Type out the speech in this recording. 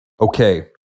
Okay